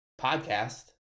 podcast